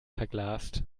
verglast